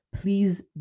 please